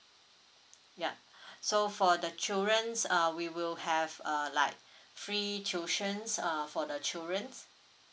yup so for the childrens uh we will have uh like free tuitions uh for the childrens